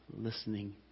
listening